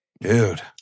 Dude